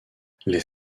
les